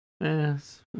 Yes